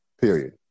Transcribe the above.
period